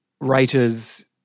writers